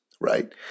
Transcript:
right